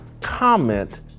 comment